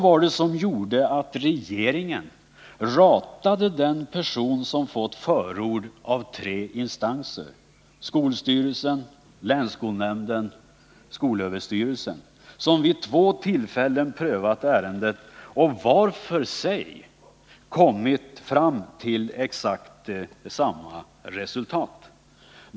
Vad gjorde att regeringen ratade den person som hade fått förord av tre instanser, nämligen skolstyrelsen, länsskolnämnden och skolöverstyrelsen, vilka vid två tillfällen prövat ärendet och var för sig kommit fram till exakt samma resultat?